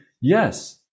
Yes